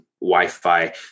Wi-Fi